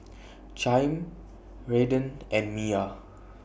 Chaim Redden and Miya